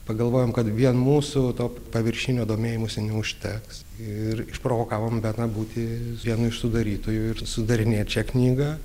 pagalvojom kad vien mūsų to paviršinio domėjimosi neužteks ir išprovokavom beną būti vienu iš sudarytojų ir sudarinėt šią knygą